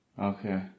Okay